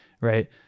right